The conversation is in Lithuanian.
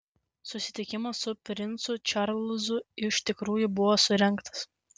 susitikimas su princu čarlzu iš tikrųjų buvo surengtas